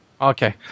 Okay